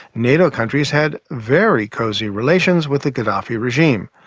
nato countries had very cosy relations with the gaddafi regime.